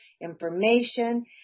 information